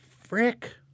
frick